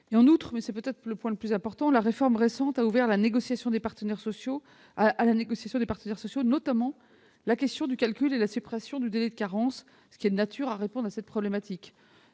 En outre, et c'est peut-être le point le plus important, la réforme récente a ouvert à la négociation des partenaires sociaux la question du calcul et de la suppression du délai de carence, ce qui est de nature à répondre à cette problématique.